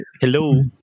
Hello